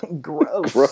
Gross